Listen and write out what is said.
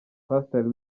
pastor